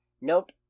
Nope